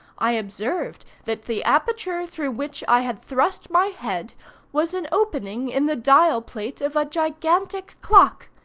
i observed that the aperture through which i had thrust my head was an opening in the dial-plate of a gigantic clock,